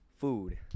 food